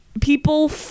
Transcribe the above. people